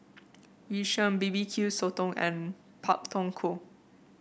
Yu Sheng B B Q Sotong and Pak Thong Ko